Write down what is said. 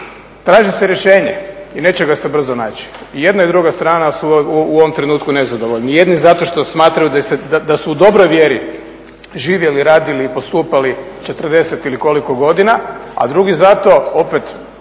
Traži se rješenje i neće ga se brzo naći. I jedna i druga strana su u ovom trenutku nezadovoljni. Jedni zato što smatraju da su u dobroj vjeri živjeli, radili i postupali 40 ili koliko godina, a drugi zato opet